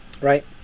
Right